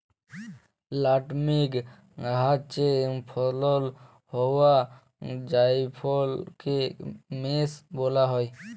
nutmeg গাহাচে ফলল হউয়া জাইফলকে মেস ব্যলা হ্যয়